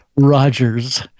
Rogers